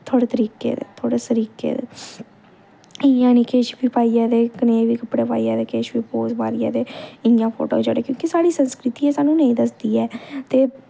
थोह्ड़े तरीके दे थोह्ड़े सलीके दे इ'यां नी किश बी पाइयै ते कनेह् बी कपड़े पाइयै ते किश बी पोज़ मारियै ते इ'यां फोटो खाचाई ओड़े क्योंकि साढ़ी संस्कृति एह् सानू नेईं दसदी ऐ ते